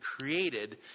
created